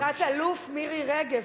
תת-אלוף מירי רגב.